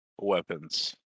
weapons